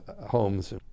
homes